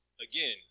Again